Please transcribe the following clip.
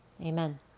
amen